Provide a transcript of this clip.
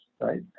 right